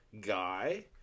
guy